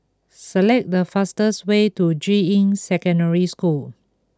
select the fastest way to Juying Secondary School